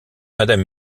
madame